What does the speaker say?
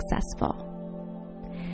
successful